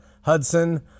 Hudson